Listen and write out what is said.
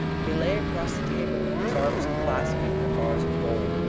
he lay across the table, his arms clasping the bars of gold,